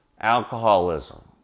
alcoholism